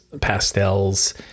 pastels